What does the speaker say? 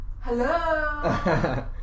Hello